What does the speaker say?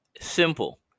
Simple